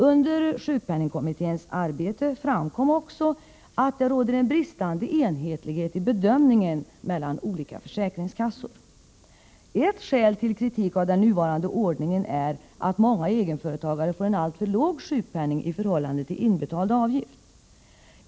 Under sjukpenningkommitténs arbete framkom också, att det fanns en bristande enhetlighet i bedömningen vid olika försäkringskassor. Ett skäl till kritik av nuvarande ordning är att många egenföretagare får en alltför låg sjukpenning i förhållande till inbetald avgift.